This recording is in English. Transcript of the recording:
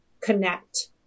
connect